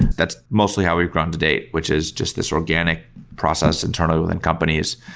that's mostly how we run the date, which is just this organic process and turnover within companies.